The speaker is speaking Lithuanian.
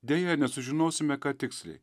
deja nesužinosime ką tiksliai